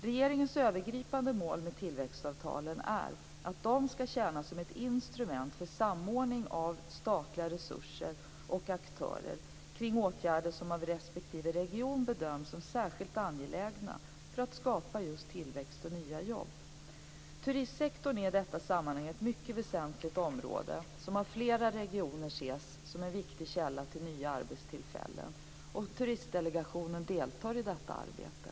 Regeringens övergripande mål med tillväxtavtalen är att de skall tjäna som ett instrument för samordning av statliga resurser och aktörer kring åtgärder som av respektive region bedöms som särskilt angelägna för att skapa tillväxt och nya jobb. Turistsektorn är i detta sammanhang ett mycket väsentligt område som av flera regioner ses som en viktig källa till nya arbetstillfällen. Turistdelegationen deltar i detta arbete.